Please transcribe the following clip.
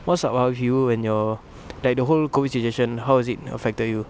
what's up ah with you and your like the whole COVID situation how has it affected you